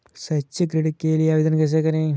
शैक्षिक ऋण के लिए आवेदन कैसे करें?